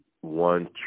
one